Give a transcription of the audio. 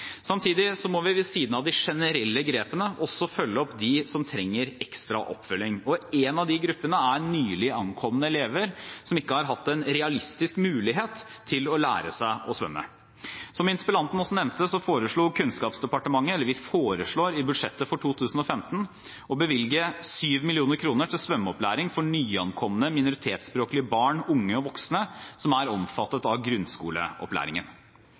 må vi ved siden av de generelle grepene følge opp dem som trenger ekstra oppfølging. Én av de gruppene er nylig ankomne elever som ikke har hatt en realistisk mulighet til å lære seg å svømme. Som interpellanten også nevnte, foreslår Kunnskapsdepartementet i budsjettet for 2015 å bevilge 7 mill. kr til svømmeopplæring for nyankomne minoritetsspråklige barn, unge og voksne som er omfattet av grunnskoleopplæringen.